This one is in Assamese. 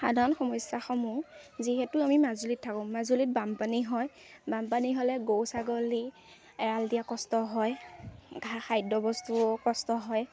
সাধাৰণ সমস্যাসমূহ যিহেতু আমি মাজুলীত থাকোঁ মাজুলীত বানপানী হয় বানপানী হ'লে গৰু ছাগলী এৰাল দিয়া কষ্ট হয় খাদ্যবস্তুৰো কষ্ট হয়